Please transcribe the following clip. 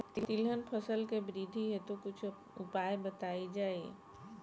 तिलहन फसल के वृद्धी हेतु कुछ उपाय बताई जाई?